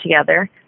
together